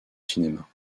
cinéma